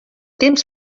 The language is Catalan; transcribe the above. temps